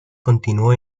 continuó